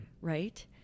right